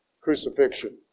crucifixion